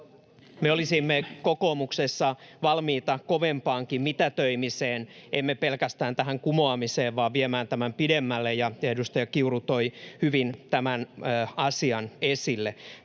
me olisimme kokoomuksessa valmiita kovempaankin mitätöimiseen — emme pelkästään tähän kumoamiseen, vaan viemään tämän pidemmälle, ja edustaja Kiuru toi hyvin tämän asian esille.